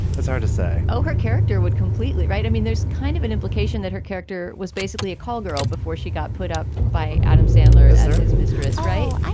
that's hard to say oh, her character would completely. right. i mean, there's kind of an implication that her character was basically a call girl before she got put up by adam sandler as his mistress. right.